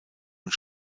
und